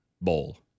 Bowl